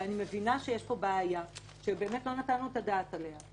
אני מבינה שיש פה בעיה שלא נתנו את הדעת עליה.